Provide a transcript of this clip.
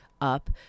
up